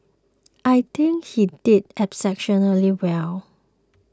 I think he did exceptionally well